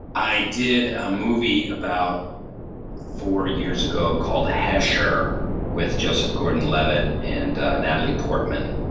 i did a movie about four years ago called hesher with joseph gordon levitt and natalie portman,